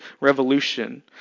revolution